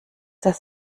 das